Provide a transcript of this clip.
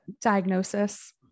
diagnosis